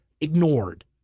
ignored